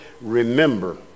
remember